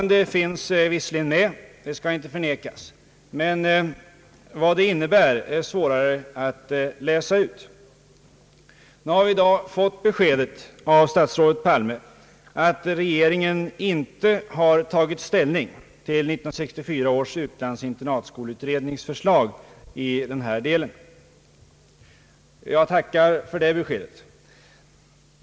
Det finns visserligen ett uttalande — det skall inte förnekas — men vad det innebär är svårare att läsa ut. Nu har vi i dag fått beskedet av statsrådet Palme, att regeringen inte har tagit ställning till 1964 års utlandsoch internatskolutrednings förslag i denna del. Jag tackar för det beskedet.